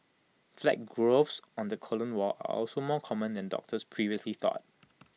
flat growths on the colon wall are also more common than doctors previously thought